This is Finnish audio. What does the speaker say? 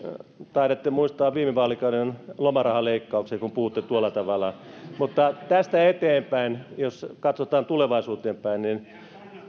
taidatte muistaa viime vaalikauden lomarahaleikkauksen kun puhutte tuolla tavalla mutta tästä eteenpäin jos katsotaan tulevaisuuteen päin